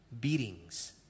Beatings